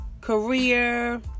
career